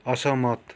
असहमत